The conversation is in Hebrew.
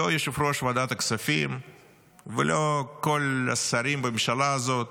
לא יושב-ראש ועדת הכספים ולא כל השרים בממשלה הזאת,